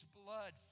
blood